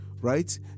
right